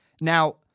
Now